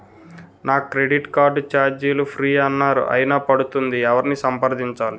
నా credit card ఛార్జీలు free అన్నారు అయినా పడుతుంది ఎవరిని సంప్రదించాలి?